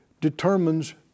determines